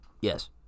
Yes